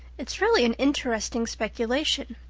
it's really an interesting speculation.